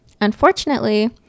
Unfortunately